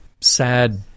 sad